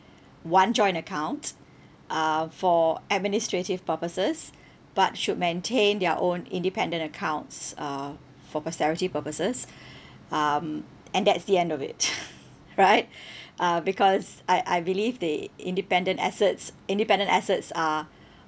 one joint account uh for administrative purposes but should maintain their own independent accounts uh for posterity purposes um and that's the end of it right uh because I I believe the independent assets independent assets are